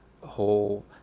whole